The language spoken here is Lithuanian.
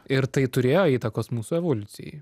ir tai turėjo įtakos mūsų evoliucijai